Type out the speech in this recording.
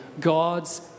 God's